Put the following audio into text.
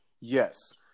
Yes